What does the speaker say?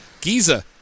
Giza